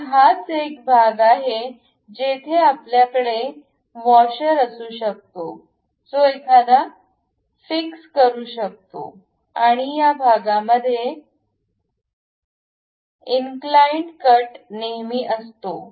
तर हाच एक भाग आहे जेथे आपल्याकडे वॉशर असू शकतो जो एखादा फिक्स करू शकतो आणि या भागांमध्ये इन्क्लाइन्ड कट नेहमी असतो